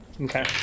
Okay